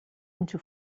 into